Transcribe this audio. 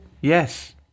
Yes